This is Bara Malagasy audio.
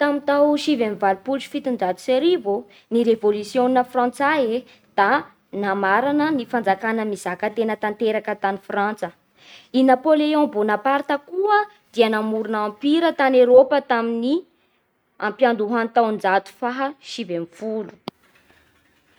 Tamin'ny tao sivy amby valopolo sy fitonjato sy arivo ô ny revôlisiôna frantsay e da namarana ny fanjakana mizaka tena tanteraka tany Frantsa. I Napoléon Bonaparte koa dia namorona ampira tany Eorôpa tamin'ny ampiandohan'ny taonjato fahasivy ambin'ny folo.